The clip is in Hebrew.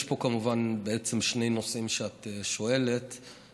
יש פה, כמובן, בעצם שני נושאים שאת שואלת עליהם.